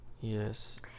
Yes